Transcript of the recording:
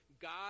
God